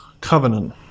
covenant